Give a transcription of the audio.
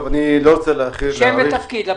רק תאמר שם ותפקיד.